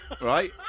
Right